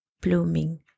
blooming